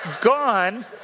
gone